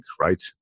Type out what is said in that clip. right